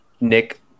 Nick